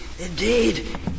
Indeed